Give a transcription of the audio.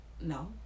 No